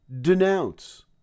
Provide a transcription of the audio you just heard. denounce